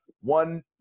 one